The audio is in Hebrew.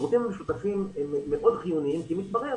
השירותים המשותפים הם מאוד חיוניים כי מתברר